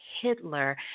Hitler